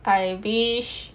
I wish